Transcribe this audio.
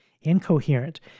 incoherent